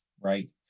right